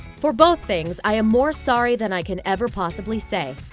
for both things i am more sorry than i can ever possibly say.